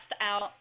out